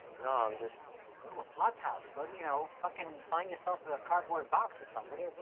no, i'm just go to a flap house, go to you know fuckin' and find yourself a cardboard box or something.